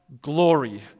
glory